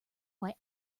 why